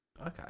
Okay